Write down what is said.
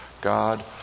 God